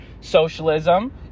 socialism